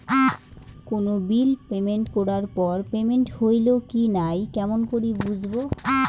কোনো bill payment করার পর পেমেন্ট হইল কি নাই কেমন করি বুঝবো?